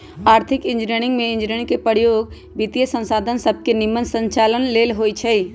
आर्थिक इंजीनियरिंग में इंजीनियरिंग के प्रयोग वित्तीयसंसाधन सभके के निम्मन संचालन लेल होइ छै